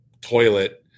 toilet